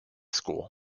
school